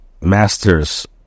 masters